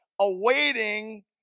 awaiting